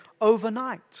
overnight